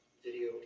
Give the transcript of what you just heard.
Video